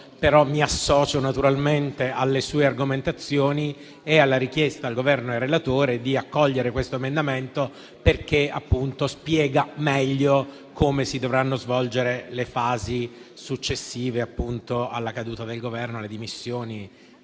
però mi associo naturalmente alle sue argomentazioni e alla richiesta al Governo e al relatore di accogliere questo emendamento perché, appunto, spiega meglio come si dovranno svolgere le fasi successive alla caduta del Governo, alle dimissioni,